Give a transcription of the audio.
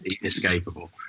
inescapable